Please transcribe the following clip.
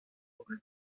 aurait